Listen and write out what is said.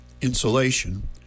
insulation